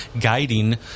guiding